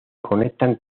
conectan